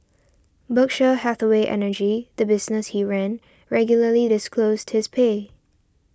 Berkshire Hathaway Energy the business he ran regularly disclosed his pay